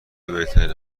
بهترین